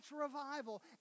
revival